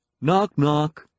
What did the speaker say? Knock-knock